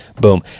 Boom